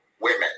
women